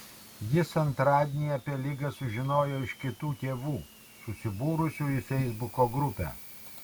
jis antradienį apie ligą sužinojo iš kitų tėvų susibūrusių į feisbuko grupę